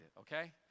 okay